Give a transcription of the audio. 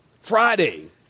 Friday